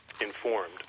informed